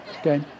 Okay